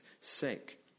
sake